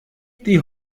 die